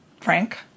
Frank